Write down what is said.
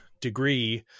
degree